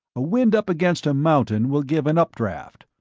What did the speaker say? a wind up against a mountain will give an updraft,